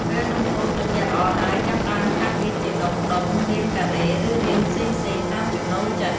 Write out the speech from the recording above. ពេលនំកូរត្រជាក់ល្អហើយ ចាប់ផ្ដើមកាត់វាជាដុំៗ រាងការ៉េ ឬរាងផ្សេងៗ តាមចំណូលចិត្ត។